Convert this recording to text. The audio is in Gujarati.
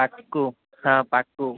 પાકું હા પાક્કું